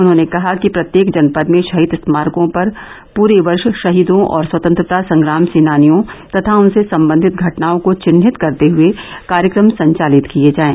उन्होंने कहा कि प्रत्येक जनपद में शहीद स्मारको पर पूरे वर्ष शहीदों और स्वतंत्रता संग्राम सेनानियों तथा उनसे सम्बंधित घटनाओं को चिन्हित करते हुए कार्यक्रम संचालित किए जायें